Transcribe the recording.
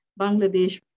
Bangladesh